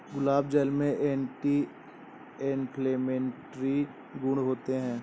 गुलाब जल में anti inflammatory गुण होते हैं